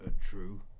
true